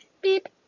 Beep